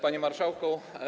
Panie Marszałku!